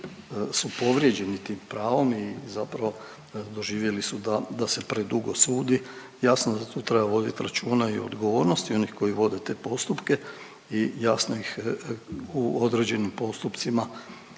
su povrijeđeni tim pravom i zapravo doživjeli su da, da se predugo sudi. Jasno da tu treba vodit računa i o odgovornosti onih koji vode te postupke i jasno ih u određenim postupcima,